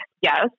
Yes